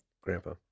grandpa